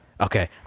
Okay